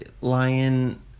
lion